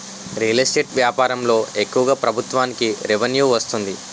real estate వ్యాపారంలో ఎక్కువగా ప్రభుత్వానికి రెవెన్యూ వస్తుంది